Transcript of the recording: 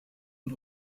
und